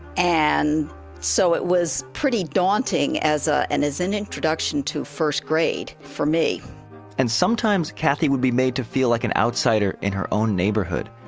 and so it was pretty daunting as ah and as an introduction to first grade for me and sometimes, kathy would be made to feel like an outsider in her own neighborhood.